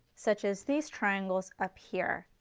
such as these triangles up here.